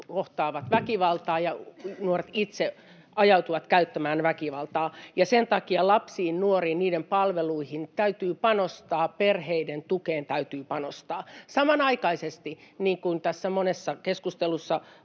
kohtaavat väkivaltaa ja nuoret itse ajautuvat käyttämään väkivaltaa, ja sen takia lapsiin, nuoriin, heidän palveluihinsa täytyy panostaa, perheiden tukeen täytyy panostaa. Samanaikaisesti, niin kuin tässä keskustelussa